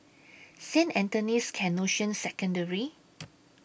Saint Anthony's Canossian Secondary